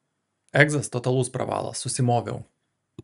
egzas totalus pravalas susimoviau